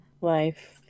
Life